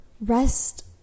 rest